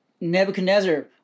nebuchadnezzar